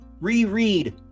Reread